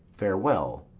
farewell.